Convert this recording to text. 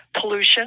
pollution